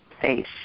face